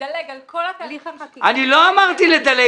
לדלג על כל התהליך החקיקה --- אני לא אמרתי לדלג.